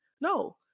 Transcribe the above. No